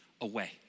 away